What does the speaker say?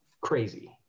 crazy